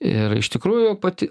ir iš tikrųjų pati